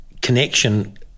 connection